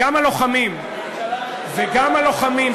וגם הלוחמים,